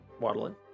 waddling